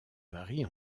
varie